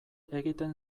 egiten